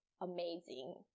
amazing